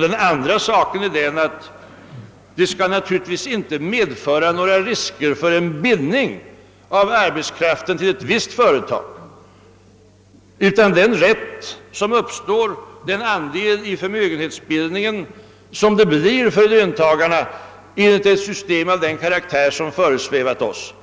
Den andra saken är den, att detta naturligtvis inte skall medföra några risker för en bindning av arbetskraften till ett visst företag, utan att den rätt som uppstår, d.v.s. den andel i förmögenhetsbildningen som löntagarna får enligt ett system av den karaktär som föresvävat oss,